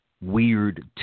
weird